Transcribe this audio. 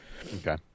okay